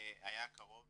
היה קרוב